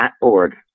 org